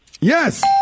Yes